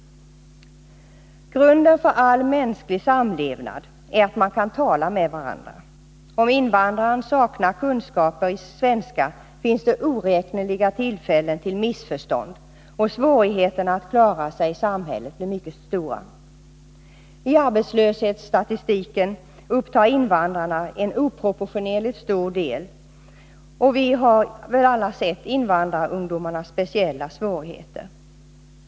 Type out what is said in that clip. Grunden för all mänsklig samlevnad är att man kan tala med varandra. Om invandraren saknar kunskaper i svenska, finns det oräkneliga tillfällen till missförstånd, och svårigheterna att klara sig i samhället blir mycket stora. I arbetslöshetsstatistiken upptar invandrarna en oproportionerligt stor andel, och vi har väl alla sett invandrarungdomarnas speciella svårigheter.